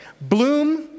bloom